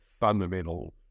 fundamental